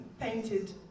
painted